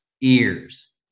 ears